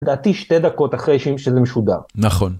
דעתי שתי דקות אחרי שזה משודר. נכון.